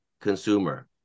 consumer